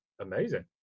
amazing